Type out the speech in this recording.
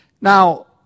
Now